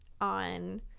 on